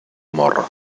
mor